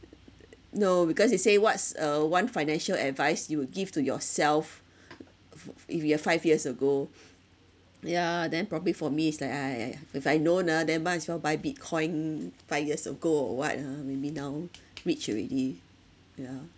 no because you say what's uh one financial advice you would give to yourself fu~ if you are five years ago yeah then probably for me is like ah ah ya ya if I'd known ah then might as well buy bitcoin five years ago or what ah maybe now rich already yeah